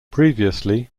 previously